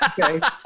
Okay